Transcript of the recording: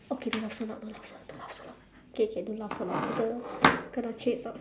okay don't laugh so loud don't laugh so loud don't laugh so loud K K don't laugh so loud later kena chase out